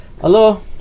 Hello